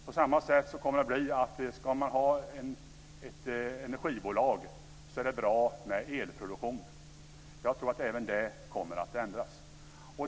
På samma sätt kommer det att bli när det gäller att det nu är bra med elproduktion om man ska ha ett energibolag. Jag tror att även det kommer att ändras.